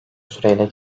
süreyle